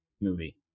movie